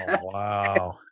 wow